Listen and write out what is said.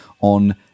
on